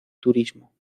turismo